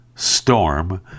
storm